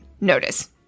notice